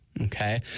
Okay